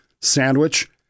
sandwich